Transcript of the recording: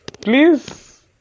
Please